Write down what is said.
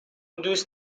دوست